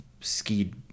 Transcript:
skied